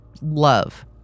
love